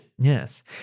Yes